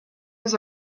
was